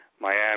miami